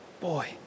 Boy